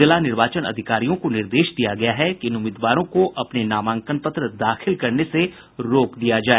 जिला निर्वाचन अधिकारियों को निर्देश दिया गया है कि इन उम्मीदवारों को अपने नामांकन पत्र दाखिल करने से रोक दिया जाए